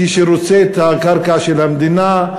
כמי שרוצה את הקרקע של המדינה,